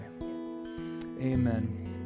Amen